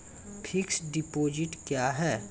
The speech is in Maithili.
फिक्स्ड डिपोजिट क्या हैं?